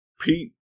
Pete